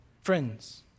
Friends